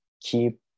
keep